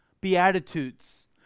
beatitudes